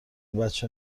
بچه